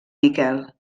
miquel